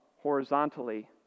horizontally